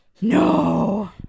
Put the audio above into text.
No